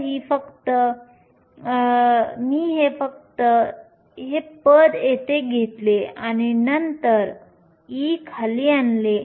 तर मी फक्त हे पद येथे घेतले आणि नंतर E खाली आणले